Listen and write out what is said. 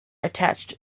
attached